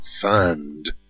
fund